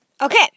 Okay